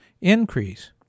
increase